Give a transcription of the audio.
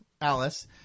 Alice